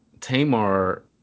Tamar